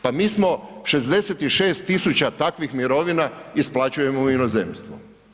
Pa mi smo 66.000 takvih mirovina isplaćujemo u inozemstvo.